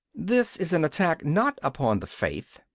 this is an attack not upon the faith,